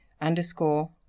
underscore